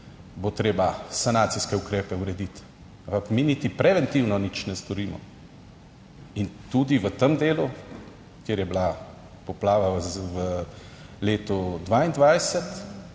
bo treba sanacijske ukrepe urediti, ampak mi niti preventivno nič ne storimo. In tudi v tem delu, kjer je bila poplava v letu 2022,